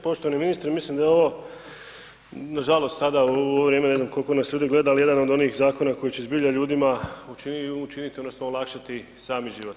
Poštovani ministre, mislim da je ovo nažalost sada u ovo vrijeme, ne znam koliko nas ljudi gleda, ali jedan od onih zakona koji će zbilja ljudima učiniti odnosno olakšati sami život.